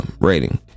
Rating